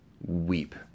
weep